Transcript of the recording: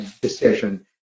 decision